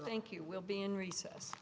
think you will be in recess